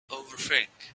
overthink